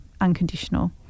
unconditional